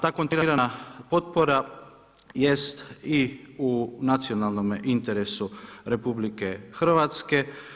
Ta kontinuirana potpora jest i u nacionalnome interesu Republike Hrvatske.